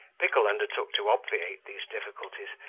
pickle undertook to obviate these difficulties,